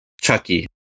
Chucky